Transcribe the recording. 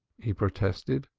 he protested.